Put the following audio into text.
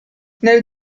nel